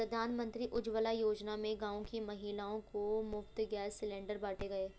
प्रधानमंत्री उज्जवला योजना में गांव की महिलाओं को मुफ्त गैस सिलेंडर बांटे गए